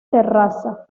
terraza